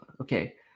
Okay